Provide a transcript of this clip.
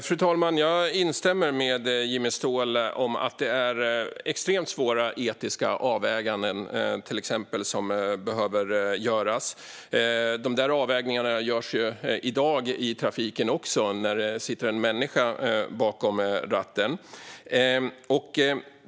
Fru talman! Jag instämmer med Jimmy Ståhl om att det är extremt svåra etiska avväganden som behöver göras. Men de där avvägningarna görs ju i trafiken redan i dag, när det sitter en människa bakom ratten.